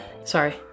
Sorry